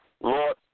Lord